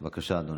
בבקשה, אדוני.